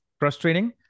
frustrating